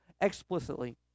explicitly